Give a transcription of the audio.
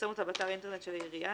ותפרסם אותה באתר האינטרנט של העירייה,